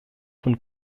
von